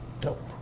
dope